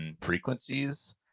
frequencies